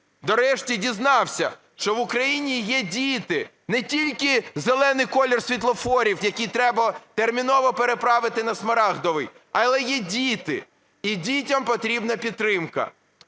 нарешті дізнався, що в Україні є діти. Не тільки зелений колір світлофорів, який треба терміново переправити на смарагдовий, але є діти, і дітям потрібна підтримка.